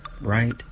right